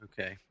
Okay